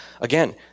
again